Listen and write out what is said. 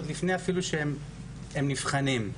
עוד לפני שהם נבחנים.